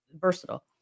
versatile